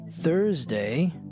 Thursday